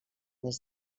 des